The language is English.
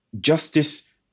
Justice